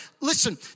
Listen